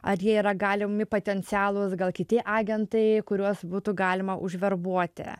ar jie yra galimi potencialūs gal kiti agentai kuriuos būtų galima užverbuoti